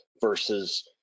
versus